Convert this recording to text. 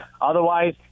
Otherwise